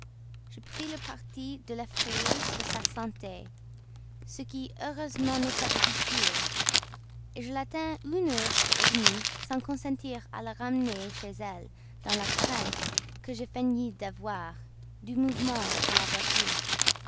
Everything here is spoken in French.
je pris le parti de l'effrayer sur sa santé ce qui heureusement n'est pas difficile je la tins une heure demie sans consentir à la ramener chez elle dans la crainte que je feignis d'avoir du mouvement de la voiture